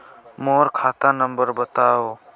मोर खाता नम्बर बताव?